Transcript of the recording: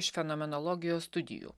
iš fenomenologijos studijų